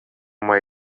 mai